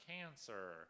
cancer